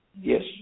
Yes